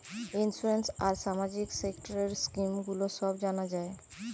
insurance আর সামাজিক সেক্টরের স্কিম গুলো সব জানা যায়